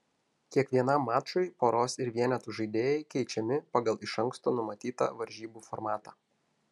kiekvienam mačui poros ir vienetų žaidėjai keičiami pagal iš anksto numatytą varžybų formatą